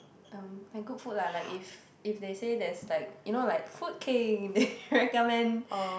um like good food lah like if if they say there's like you know like Food King they recommend